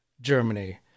Germany